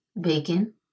bacon